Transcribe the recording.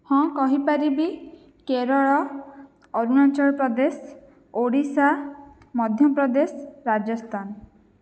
ହଁ କହିପାରିବି କେରଳ ଅରୁଣାଚଳପ୍ରଦେଶ ଓଡ଼ିଶା ମଧ୍ୟପ୍ରଦେଶ ରାଜସ୍ଥାନ